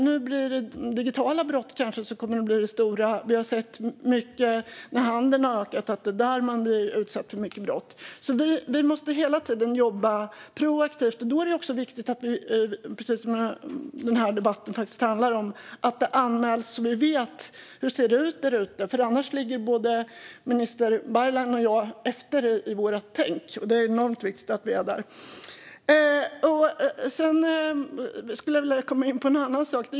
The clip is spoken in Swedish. Nu blir digitala brott kanske det stora, och vi har sett att när handeln ökar utsätts den för mycket brott. Vi måste hela tiden jobba proaktivt. Då är det viktigt att brotten också anmäls så att vi vet hur det ser ut där ute. Annars hamnar både minister Baylan och jag efter i vårt tänk.